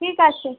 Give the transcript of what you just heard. ঠিক আছে